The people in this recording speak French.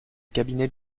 cabinet